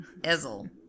Ezel